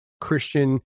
christian